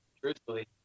truthfully